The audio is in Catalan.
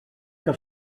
que